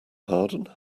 pardon